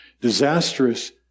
disastrous